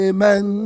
Amen